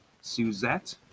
Suzette